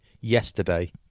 yesterday